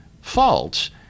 false